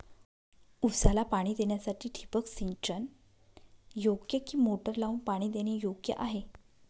ऊसाला पाणी देण्यासाठी ठिबक सिंचन योग्य कि मोटर लावून पाणी देणे योग्य आहे?